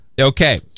Okay